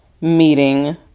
meeting